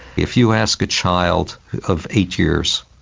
if you ask a child of eight years,